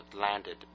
landed